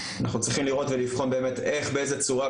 אנחנו צריכים לבחון ולראות בעצם איך באיזה צורה,